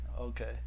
Okay